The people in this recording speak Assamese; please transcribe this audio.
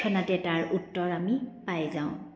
উত্তৰ আমি পাই যাওঁ